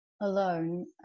alone